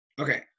Okay